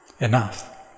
enough